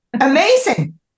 Amazing